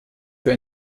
für